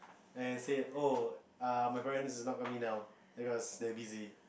and I said oh uh my parents is not coming down because they busy